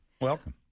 Welcome